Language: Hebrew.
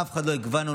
אף אחד לא יקבע לנו,